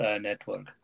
network